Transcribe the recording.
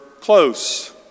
close